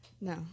No